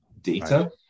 data